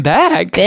back